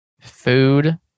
food